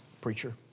Preacher